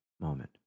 moment